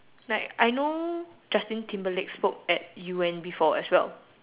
like I know justing Timberlake spoke at U_N before as well